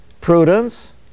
prudence